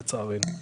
לצערי.